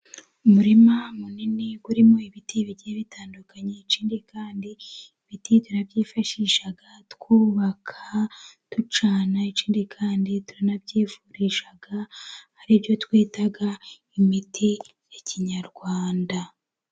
Umurima munini urimo ibiti bigiye bitandukanye, ikindi kandi ibiti turabyifashisha twubaka, ducana ikindi kandi turanabyivurisha, ari ibyo twita imiti ya kinyarwanda.